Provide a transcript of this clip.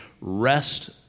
rest